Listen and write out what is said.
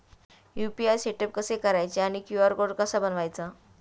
UPI setup कसे करायचे आणि क्यू.आर कोड कसा बनवायचा?